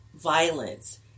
violence